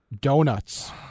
donuts